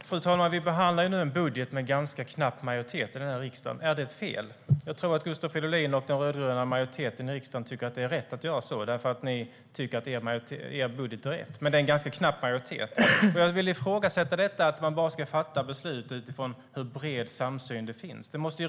Fru talman! Vi behandlar en budget som har ganska knapp majoritet i riksdagen. Är det fel? Jag tror att Gustav Fridolin och den rödgröna majoriteten i riksdagen tycker att det är rätt att göra så eftersom de tycker att deras budget är rätt. Men det är en ganska knapp majoritet. Jag vill ifrågasätta att man bara ska fatta beslut utifrån hur bred samsyn det finns.